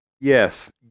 Yes